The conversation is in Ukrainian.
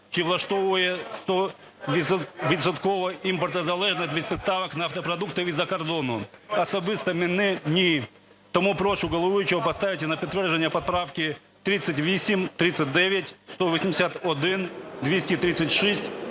Чи влаштовує стовідсотково імпортозалежність від поставок нафтопродуктів із-за кордону? Особисто мене ні. Тому прошу головуючого поставити на підтвердження поправки 38, 39, 181, 236,